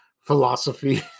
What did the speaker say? philosophy